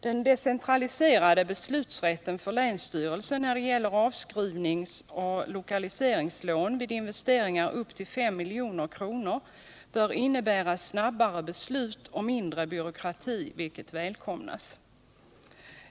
Den decentraliserade beslutsrätten för länsstyrelsen när det gäller avskrivningsoch lokaliseringslån vid investeringar upp till 5 milj.kr. bör innebära snabbare beslut och mindre byråkrati, vilket välkomnas.